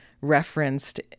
referenced